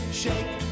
shake